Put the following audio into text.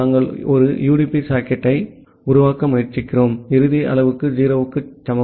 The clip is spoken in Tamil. நாங்கள் ஒரு யுடிபி சாக்கெட்டை உருவாக்க முயற்சிக்கிறோம் இறுதி அளவுரு 0 க்கு சமம்